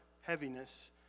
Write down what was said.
heaviness